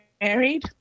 married